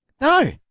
no